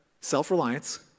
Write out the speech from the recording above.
self-reliance